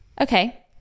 Okay